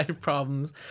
problems